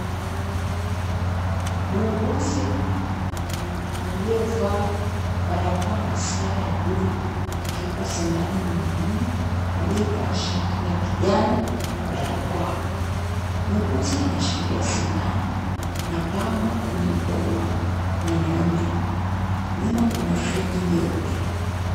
Muuguzi akiyevaa barakoa na sare ya buluu, akimpa sindano mwanaume aliyevaa shati la kinjano na barakoa. Muuguzi anashikilia sindano na pamba kwenye mkono wa mwanaume. Nyuma kuna friji nyeupe.